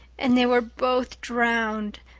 and they were both drowned,